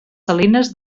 salines